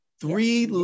Three